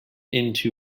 into